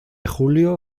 julio